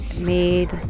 made